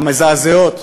המזעזעות.